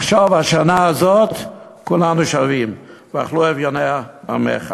לחשוב: השנה הזאת כולנו שווים, "ואכלו אביני עמך".